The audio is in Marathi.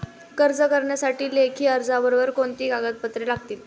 कर्ज करण्यासाठी लेखी अर्जाबरोबर कोणती कागदपत्रे लागतील?